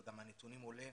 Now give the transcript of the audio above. וגם מהנתונים עולה,